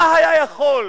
מה היה יכול,